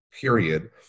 period